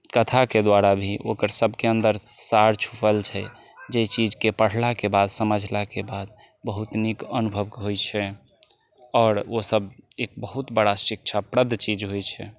कथा के द्वारा भी ओकर सबके अन्दर सार छुपल छै जाहि चीज के पढलाके बाद समझलाके बाद बहुत अनुभव होइ छै आओर ओ सब एक बहुत बड़ा शिक्षाप्रद चीज होइ छै